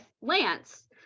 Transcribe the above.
Lance